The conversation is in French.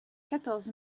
quatorze